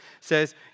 says